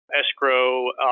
escrow